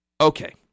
Okay